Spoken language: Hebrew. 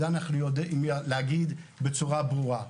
את זה אנחנו יודעים להגיד בצורה ברורה.